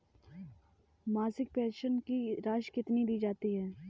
मासिक पेंशन की राशि कितनी दी जाती है?